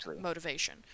motivation